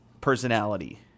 personality